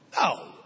No